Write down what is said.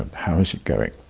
and how is it going?